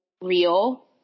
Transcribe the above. real